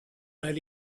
that